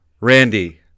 Randy